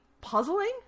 puzzling